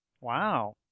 Wow